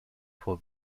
for